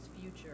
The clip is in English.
future